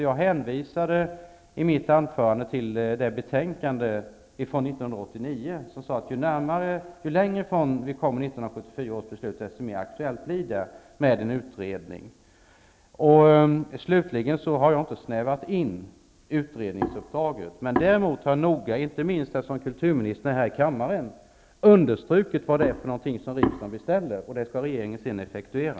Jag hänvisade i mitt anförande till det betänkande från 1989, där det sades att ju längre vi kommer från 1974 års beslut, desto mer aktuellt blir det med en utredning. Slutligen: Jag har inte snävat in utredningsuppdraget. Däremot har jag noga, inte minst därför att jag ser att kulturministern sitter i kammaren, understrukit vad det är riksdagen beställer. Det skall regeringen sedan effektuera.